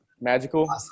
magical